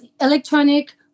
electronic